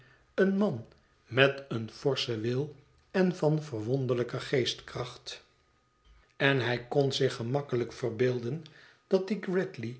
een man met een forschen wil en van verwonderlijke geestkracht en hij kon zich gemakkelijk verbeelden dat